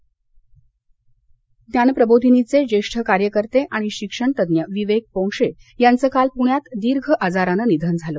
निधन ज्ञान प्रबोधिनीचे ज्येष्ठ कार्यकर्ते आणि शिक्षणतज्ञ विवेक पोंक्षे यांचं काल पुण्यात दीर्घ आजरानं निधन झालं